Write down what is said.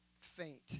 Faint